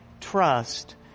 trust